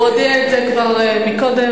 הוא הודיע את זה כבר קודם,